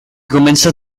comença